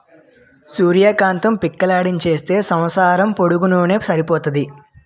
సూర్య కాంతం పిక్కలాడించితే సంవస్సరం పొడుగునూన సరిపోతాది